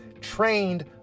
trained